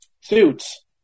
Suits